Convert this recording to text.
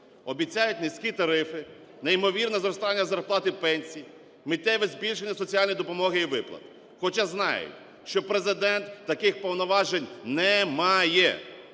Обіцяють низькі тарифи, неймовірне зростання зарплат і пенсій, миттєве збільшення соціальної допомоги і виплат. Хоча знають, що Президент таких повноважень не має.